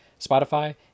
spotify